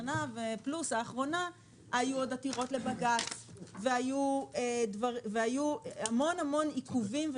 כי גם בשנה האחרונה היו עוד עתירות לבג"ץ והיו המון עיכובים,